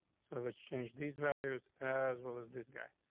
sort of it's changed these values as well as this guy.